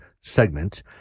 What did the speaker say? segment